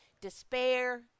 despair